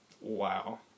Wow